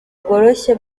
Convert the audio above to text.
bworoshye